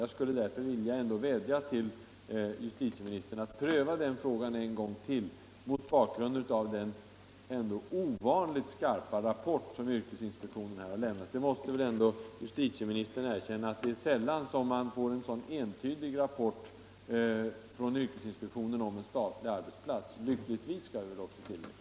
Jag skulle därför vilja vädja till justitieministern att pröva frågan en gång till mot bakgrund av den så ovanligt skarpa rapport som yrkesinspektionen här har lämnat. Justitieministern måste väl ändå erkänna att det är sällan man får en så entydig rapport från yrkesinspektionen om statlig arbetsplats — lyckligtvis, vill jag tillägga.